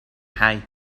hay